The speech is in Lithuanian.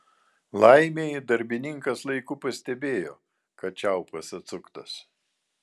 laimei darbininkas laiku pastebėjo kad čiaupas atsuktas